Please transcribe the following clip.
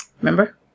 Remember